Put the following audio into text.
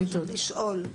לשאול,